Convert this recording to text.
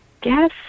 guess